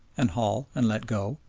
and haul, and let go,